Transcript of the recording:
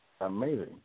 Amazing